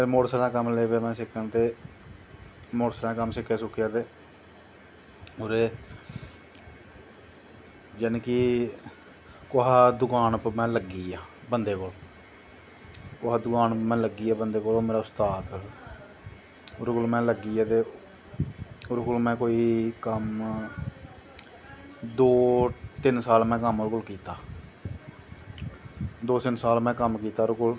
फिर मोटरसैकलें दा कम्म लगी पेई में सिक्खन ते मोटर सैकलें दा कम्म सिक्खेआ सुक्खेआ ते होर जानि कुसै दकानां पर में लग्गियां बंदे दी कुसे दकान पर में लग्गिया मेरा उस्ताद ओह्दे कोल में लग्गिया ते ओह्दे कोल में कम्म दो तिन्न साल में कम्म ओह्दे कोल कीता दो तिन्न साल कम्म कीता में ओह्दे कोल